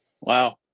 Wow